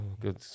good